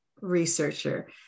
researcher